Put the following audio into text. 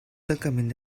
tancament